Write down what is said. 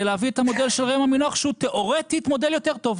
להביא את המודל של ראם עמינח שהוא תיאורטית מודל יותר טוב.